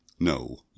no